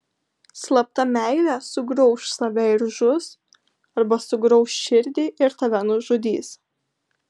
slapta meilė sugrauš save ir žus arba sugrauš širdį ir tave nužudys